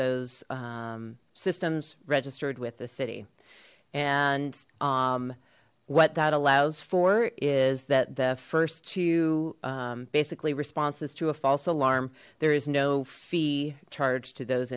those systems registered with the city and what that allows for is that the first to basically responses to a false alarm there is no fee charged to those